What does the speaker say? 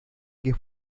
que